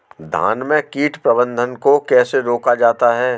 धान में कीट प्रबंधन को कैसे रोका जाता है?